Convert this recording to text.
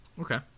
Okay